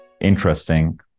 interesting